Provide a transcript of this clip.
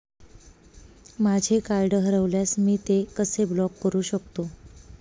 माझे कार्ड हरवल्यास मी ते कसे ब्लॉक करु शकतो?